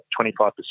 25%